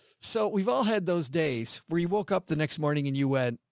so we've all had those days where you woke up the next morning and you went,